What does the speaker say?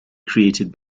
created